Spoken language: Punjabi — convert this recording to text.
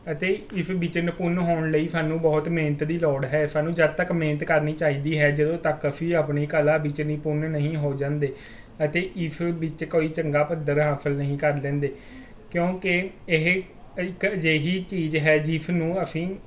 ਅਤੇ ਇਸ ਵਿੱਚ ਨਿਪੁੰਨ ਹੋਣ ਲਈ ਸਾਨੂੰ ਬਹੁਤ ਮਿਹਨਤ ਦੀ ਲੋੜ ਹੈ ਸਾਨੂੰ ਜਦ ਤੱਕ ਮਿਹਨਤ ਕਰਨੀ ਚਾਹੀਦੀ ਹੈ ਜਦੋਂ ਤੱਕ ਅਸੀਂ ਆਪਣੀ ਕਲਾ ਵਿੱਚ ਨਿਪੁੰਨ ਨਹੀਂ ਹੋ ਜਾਂਦੇ ਅਤੇ ਇਸ ਵਿੱਚ ਕੋਈ ਚੰਗਾ ਪੱਧਰ ਹਾਸਲ ਨਹੀਂ ਕਰ ਲੈਂਦੇ ਕਿਉਂਕਿ ਇਹ ਇੱਕ ਅਜਿਹੀ ਚੀਜ਼ ਹੈ ਜਿਸ ਨੂੰ ਅਸੀਂ